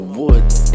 woods